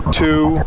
two